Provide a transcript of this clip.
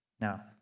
Now